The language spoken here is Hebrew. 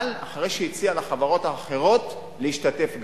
אבל אחרי שהיא הציעה גם לחברות האחרות להשתתף,